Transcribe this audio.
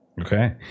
Okay